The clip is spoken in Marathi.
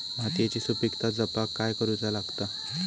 मातीयेची सुपीकता जपाक काय करूचा लागता?